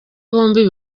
bombi